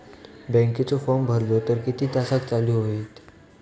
बँकेचो फार्म भरलो तर किती तासाक चालू होईत?